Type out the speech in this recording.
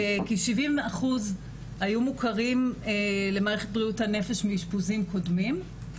כ-70% היו מוכרים למערכת בריאות הנפש מאשפוזים קודמים.